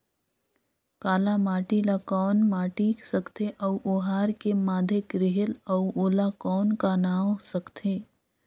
काला माटी ला कौन माटी सकथे अउ ओहार के माधेक रेहेल अउ ओला कौन का नाव सकथे?